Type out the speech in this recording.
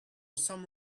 some